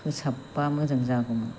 फोसाबबा मोजां जागौमोन